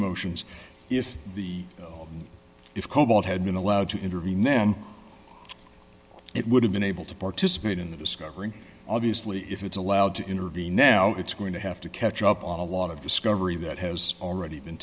motions if the if cobalt had been allowed to intervene in it would have been able to participate in the discovery obviously if it's allowed to intervene now it's going to have to catch up on a lot of discovery that has already been